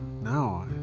No